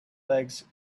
legs